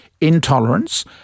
intolerance